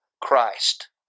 Christ